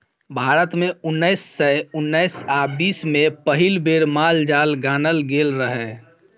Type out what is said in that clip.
भारत मे उन्नैस सय उन्नैस आ बीस मे पहिल बेर माल जाल गानल गेल रहय